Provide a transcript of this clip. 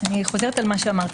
אני חוזרת על מה שאמרתי.